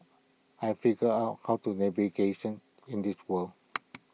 I figured out how to navigation in this world